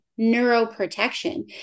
neuroprotection